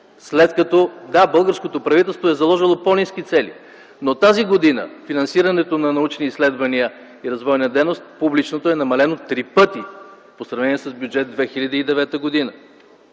дейност? Да, българското правителство е заложило по-ниски цели, но за тази година финансирането на научни изследвания и развойна дейност ръста е намален до три пъти в сравнение с бюджет 2009.